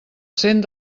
cent